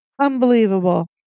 Unbelievable